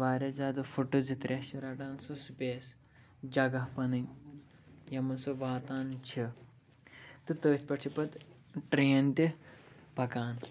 واریاہ زیادٕ فُٹہٕ زٕ ترٛےٚ چھِ رَٹان سُہ سٕپیس جگہ پَنٕنۍ یَتھ منٛز سُہ واتان چھِ تہٕ تٔتھۍ پٮ۪ٹھ چھِ پَتہٕ ٹرٛین تہِ پَکان